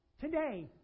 today